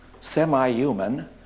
semi-human